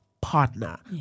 partner